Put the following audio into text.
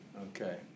Okay